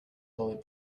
bullet